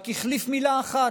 רק החליף מילה אחת.